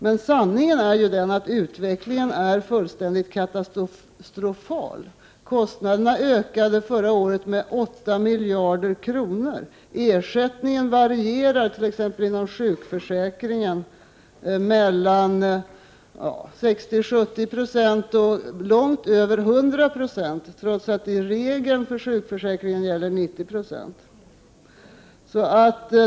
Men sanningen är ju att utvecklingen är fullständigt katastrofal. Kostnaderna ökade förra året med 8 miljarder kronor. Ersättningen t.ex. inom sjukförsäkringen varierar från 60-70 96 till långt över 100 26, trots att regeln i sjukförsäkringen är 90 96.